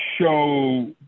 show